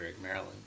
maryland